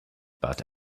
but